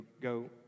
go